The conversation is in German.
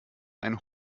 einen